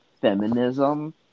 feminism